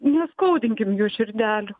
neskaudinkim jų širdelių